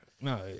No